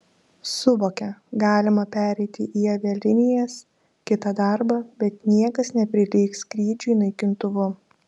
suvokia galima pereiti į avialinijas kitą darbą bet niekas neprilygs skrydžiui naikintuvu